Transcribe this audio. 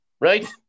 right